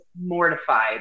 mortified